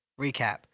recap